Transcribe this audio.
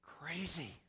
crazy